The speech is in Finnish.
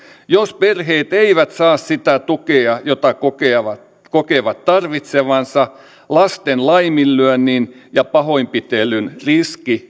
jos perheet eivät saa sitä tukea jota kokevat kokevat tarvitsevansa lasten laiminlyönnin ja pahoinpitelyn riski